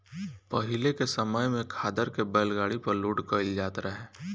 पाहिले के समय में खादर के बैलगाड़ी पर लोड कईल जात रहे